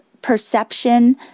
perception